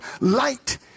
light